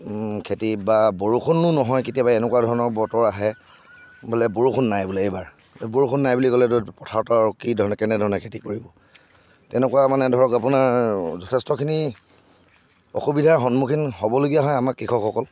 খেতি বা বৰষুণো নহয় কেতিয়াবা এনেকুৱা ধৰণৰ বতৰ আহে বোলে বৰষুণ নাই বোলে এইবাৰ বৰষুণ নাই বুলি ক'লেতো পথাৰত আৰু কি ধৰণে কেনেধৰণে খেতি কৰিব তেনেকুৱা মানে ধৰক আপোনাৰ যথেষ্টখিনি অসুবিধাৰ সন্মুখীন হ'বলগীয়া হয় আমাৰ কৃষকসকল